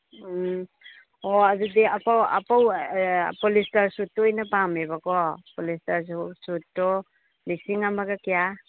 ꯎꯝ ꯑꯣ ꯑꯗꯨꯗꯤ ꯄꯣꯂꯤꯁꯇꯔ ꯁꯨꯠꯇꯣ ꯑꯣꯏꯅ ꯄꯥꯝꯃꯦꯕꯀꯣ ꯄꯣꯂꯤꯁꯇꯔ ꯁꯨꯠꯇꯣ ꯂꯤꯁꯤꯡ ꯑꯃꯒ ꯀꯌꯥ